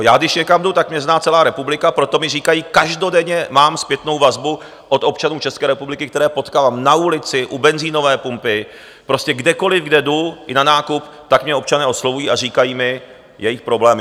Já když někam jdu, tak mě zná celá republika, proto mi říkají každodenně mám zpětnou vazbu od občanů České republiky, které potkávám na ulici, u benzinové pumpy, prostě kdekoliv, kde jdu, i na nákup, tak mě občané oslovují a říkají mi jejich problémy.